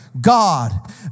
God